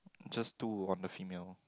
just two on the female